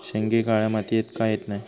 शेंगे काळ्या मातीयेत का येत नाय?